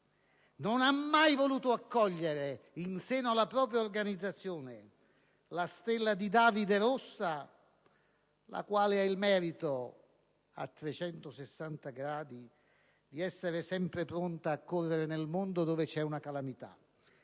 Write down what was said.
non ha mai voluto accogliere in seno alla propria organizzazione la Stella di David Rossa, la quale ha il merito, a trecentosessanta gradi, di essere sempre pronta a correre nel mondo dove c'è una calamità.